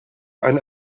ein